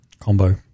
Combo